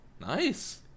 Nice